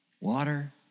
Water